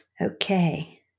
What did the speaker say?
Okay